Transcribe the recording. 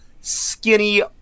skinny